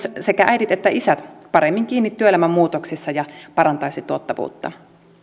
sekä äidit että isät paremmin kiinni työelämän muutoksessa ja parantaisi tuottavuutta